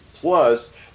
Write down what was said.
Plus